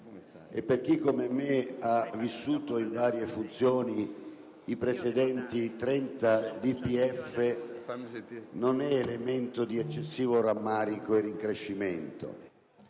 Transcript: e per chi, come me, ha vissuto, in varie funzioni, i precedenti trenta DPEF non è elemento di eccessivo rammarico e rincrescimento.